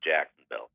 Jacksonville